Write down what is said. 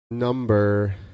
Number